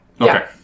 Okay